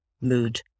mood